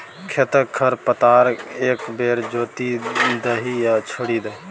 खेतक खर पतार एक बेर जोति दही आ छोड़ि दही